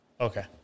Okay